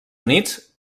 units